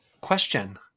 Question